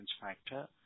factor